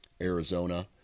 Arizona